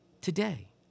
today